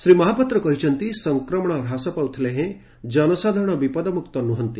ଶ୍ରୀ ମହାପାତ୍ର କହିଛନ୍ତି ସଂକ୍ରମଣ ହ୍ରାସ ପାଇଥିଲେ ହେଁ ଜନସାଧାରଣ ବିପଦମୁକ୍ତ ନୁହଁନ୍ତି